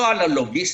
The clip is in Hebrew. לא על הלוגיסטיקה,